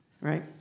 right